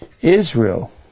Israel